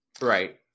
Right